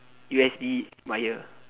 u_s_b wire